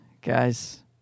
guys